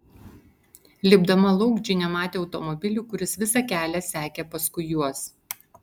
lipdama lauk džinė matė automobilį kuris visą kelią sekė paskui juos